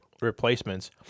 replacements